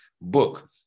book